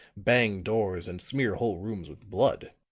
bang doors and smear whole rooms with blood.